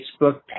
Facebook